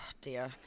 dear